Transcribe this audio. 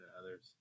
others